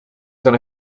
son